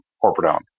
corporate-owned